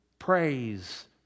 praise